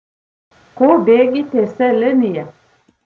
ko bėgi tiesia linija